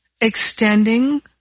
extending